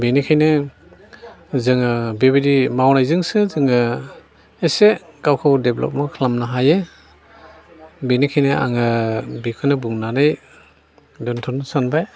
बेनिखायनो जोङो बेबायदि मावनायजोंसो जोङो एसे गावखौ डेभलपमेन्ट खालामनो हायो बेनिखायनो आङो बेखौनो बुंनानै दोनथ'नो सानबाय